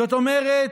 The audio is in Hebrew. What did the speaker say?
זאת אומרת,